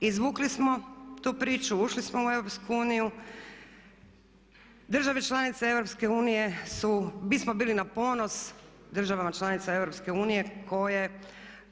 Izvukli smo tu priču, ušli u EU, države članice EU su, mi smo bili na ponos državama članica EU koje